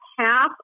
half